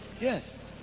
Yes